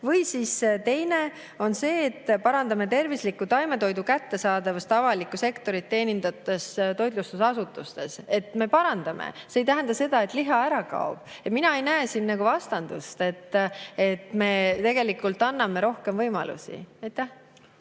Või siis teine lause: "Parandame tervisliku taimetoidu kättesaadavust avalikku sektorit teenindavates toitlustusasutustes." Me parandame seda, see ei tähenda seda, et liha ära kaob. Mina ei näe siin vastandust, me tegelikult anname rohkem võimalusi. Aitäh!